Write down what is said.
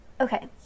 Okay